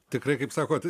tikrai kaip sakot